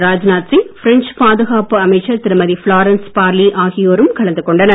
Rajnath Singh French பாதுகாப்பு அமைச்சர் திருமதி ஃபிளாரன்ஸ் பார்லி ஆகியோரும் கலந்து கொண்டனர்